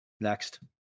next